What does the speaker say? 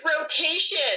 rotation